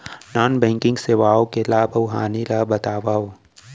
non banking सेवाओं के लाभ अऊ हानि ला बतावव